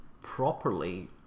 properly